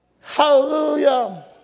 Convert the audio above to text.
Hallelujah